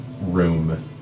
room